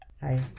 Hi